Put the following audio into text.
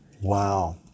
Wow